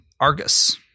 Argus